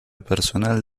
personal